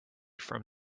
from